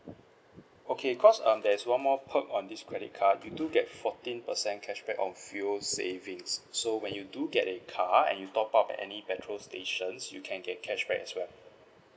okay because um there's one more perk on this credit card you do get fourteen percent cashback on fuel saving so when you do get a car and you top up at any petrol stations you can get cashback as well